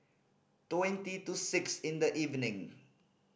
twenty to six in the evening